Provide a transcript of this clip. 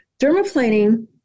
Dermaplaning